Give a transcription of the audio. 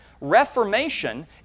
Reformation